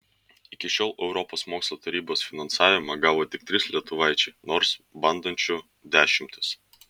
iki šiol europos mokslo tarybos finansavimą gavo tik trys lietuvaičiai nors bandančių dešimtys